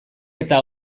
eta